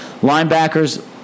Linebackers